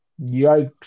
Yikes